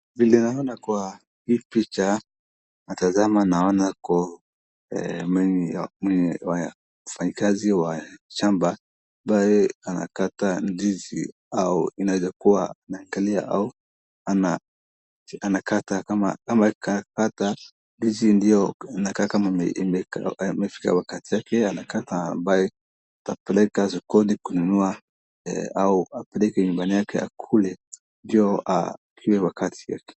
Vile naona kwa hii picha natazama naona mfanyakazi wa shamba ambaye anakata ndizi au inaweza kuwa inakalia au anakata kama ndizi imefika wakati wake ambaye atapeleka sokoni kununua au apeleke nyumbani yake akule hii wakati yake